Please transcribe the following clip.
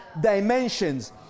dimensions